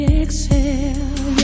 exhale